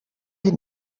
will